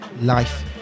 life